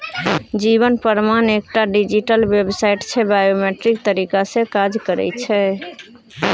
जीबन प्रमाण एकटा digital website छै बायोमेट्रिक तरीका सँ काज करय छै